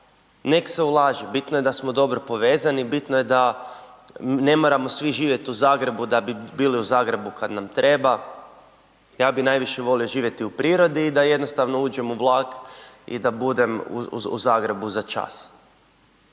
nek se ulaže, bitno je da smo dobro povezani, bitno je da, ne moramo svi živjeti u Zagrebu da bi bili u Zagrebu kad nam treba, ja bi najviše volio živjeti u prirodi i da jednostavno uđem u vlak i da budem u Zagrebu za čas.